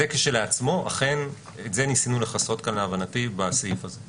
זה כשלעצמו אכן ניסינו לכסות כאן להבנתי בסעיף הזה.